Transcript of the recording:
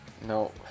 No